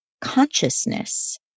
consciousness